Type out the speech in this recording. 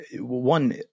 one